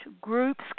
groups